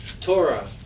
Torah